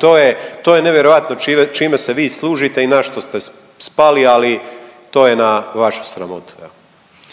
to je, to je nevjerovatno čime se vi služite i na što ste spali, ali, to je na vašu sramotu. Evo.